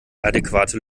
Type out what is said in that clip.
adäquate